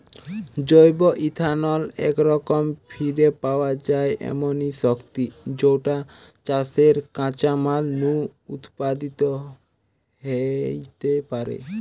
জৈব ইথানল একরকম ফিরে পাওয়া যায় এমনি শক্তি যৌটা চাষের কাঁচামাল নু উৎপাদিত হেইতে পারে